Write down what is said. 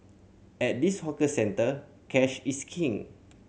at this hawker centre cash is king